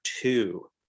two